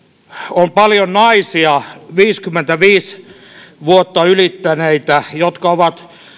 on paljon naisia viisikymmentäviisi vuotta ylittäneitä jotka ovat